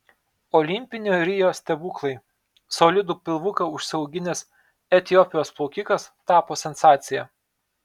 olimpinio rio stebuklai solidų pilvuką užsiauginęs etiopijos plaukikas tapo sensacija